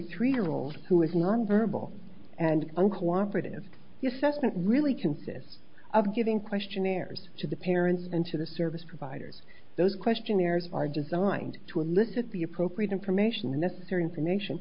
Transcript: three year old who is non verbal and uncooperative yes that's not really consists of giving questionnaires to the parents and to the service providers those questionnaires are designed to elicit the appropriate information and this are information